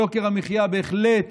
יוקר המחייה בהחלט